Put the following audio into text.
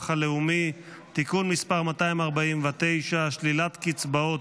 הלאומי (תיקון מס' 249) (שלילת קצבאות